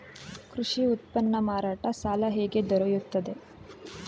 ಕೃಷಿ ಉತ್ಪನ್ನ ಮಾರಾಟ ಸಾಲ ಹೇಗೆ ದೊರೆಯುತ್ತದೆ?